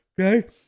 okay